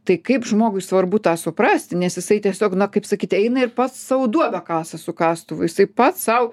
tai kaip žmogui svarbu tą suprasti nes jisai tiesiog na kaip sakyt eina ir pats sau duobę kasa su kastuvu jisai pats sau